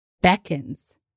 beckons